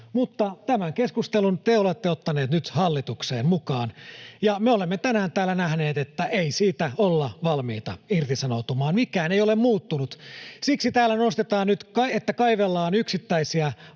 Mutta tämän keskustelun te olette ottaneet nyt hallitukseen mukaan, ja me olemme tänään täällä nähneet, että ei siitä olla valmiita irtisanoutumaan. Mikään ei ole muuttunut. Siksi täällä nostetaan nyt, että kaivellaan yksittäisiä